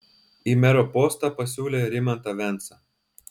į mero postą pasiūlė rimantą vensą